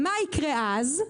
מה יקרה אז?